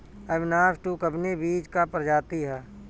Avinash two कवने बीज क प्रजाति ह?